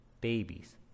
babies